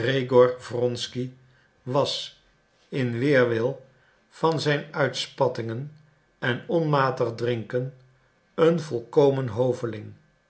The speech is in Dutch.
was in weerwil van zijn uitspattingen en onmatig drinken een volkomen hoveling